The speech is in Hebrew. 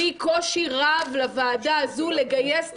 --- שהביא קושי רב לוועדה הזו לגייס את